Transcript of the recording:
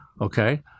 okay